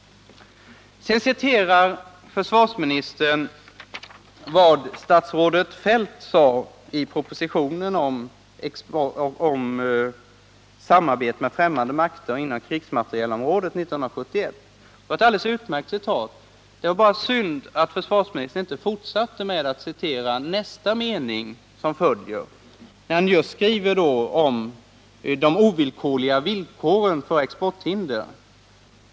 Sedan citerar försvarsministern vad statsrådet Feldt anförde i propositionen om samarbete med främmande makter inom krigsmaterielområdet 1971. Det var ett alldeles utmärkt citat. Det var bara synd att försvarsministern inte fortsatte med att citera den följande meningen, där statsrådet Feldt skriver om de ovillkorliga villkoren för exporthinder.